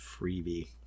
Freebie